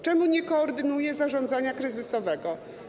Czemu nie koordynuje zarządzania kryzysowego?